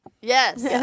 Yes